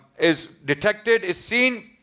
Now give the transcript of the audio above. is detected is seen,